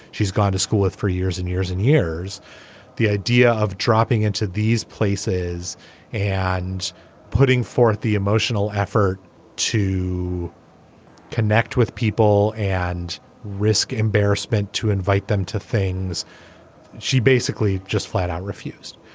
she's gone to school with for years and years and years the idea of dropping into these places and putting forth the emotional effort to connect with people and risk embarrassment to invite them to things she basically just flat out refused.